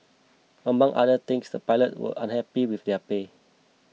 among other things the pilot were unhappy with their pay